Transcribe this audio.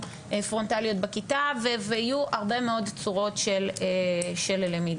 פרונטליות בכיתה ויהיו הרבה מאוד צורות של למידה.